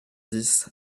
dix